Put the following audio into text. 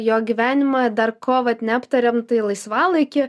jo gyvenimą dar ko vat neaptarėm tai laisvalaikį